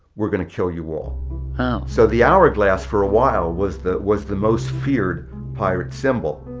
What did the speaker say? we're going to kill you all. oh so the hour glass for a while was the was the most feared pirate symbol